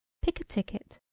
pick a ticket,